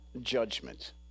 judgment